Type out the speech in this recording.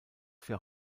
für